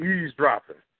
Eavesdropping